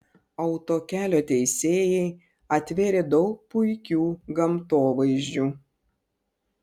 autokelio tiesėjai atvėrė daug puikių gamtovaizdžių